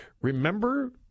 Remember